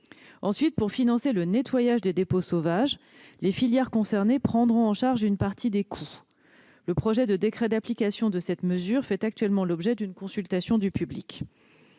Ensuite, pour financer le nettoyage des dépôts sauvages, les filières concernées prendront en charge une partie des coûts. Le projet de décret d'application de cette mesure fait actuellement l'objet d'une consultation du public.